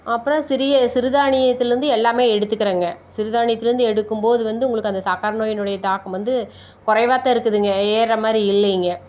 அப்புறம் சிறிய சிறுதானியத்தில் இருந்து எல்லாம் எடுத்துக்கிறேங்க சிறுதானியத்தில் இருந்து எடுக்கும் போது வந்து அந்த சக்கரை நோயினுடைய தாக்கம் வந்து குறைவாகத்தான் இருக்குதுங்க ஏறுற மாதிரி இல்லைங்க